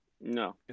No